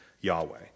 Yahweh